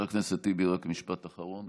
חבר הכנסת טיבי, משפט אחרון.